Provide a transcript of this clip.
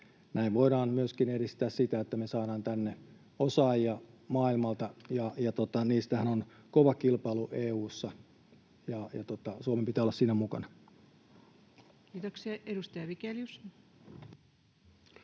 Näin voidaan myöskin edistää sitä, että me saadaan tänne osaajia maailmalta. Heistähän on kova kilpailu EU:ssa, ja Suomen pitää olla siinä mukana. Kiitoksia. — Edustaja Vigelius.